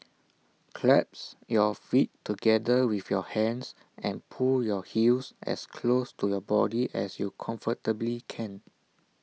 clasp your feet together with your hands and pull your heels as close to your body as you comfortably can